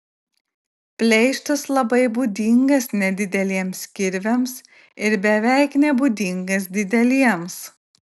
pleištas labai būdingas nedideliems kirviams ir beveik nebūdingas dideliems